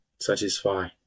satisfy